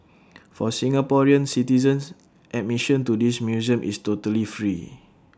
for Singaporean citizens admission to this museum is totally free